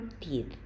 teeth